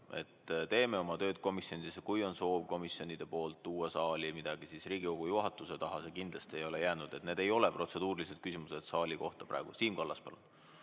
Teeme oma tööd komisjonides ja kui on soov komisjonide poolt tuua saali midagi, siis Riigikogu juhatuse taha see kindlasti ei ole jäänud. Need ei ole protseduurilised küsimused saali töö kohta praegu. Siim Kallas, palun!